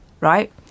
right